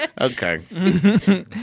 Okay